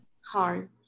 hard